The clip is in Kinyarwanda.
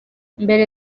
mbere